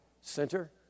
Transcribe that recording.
center